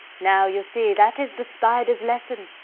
now you see that is the spider's lesson.